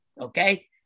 okay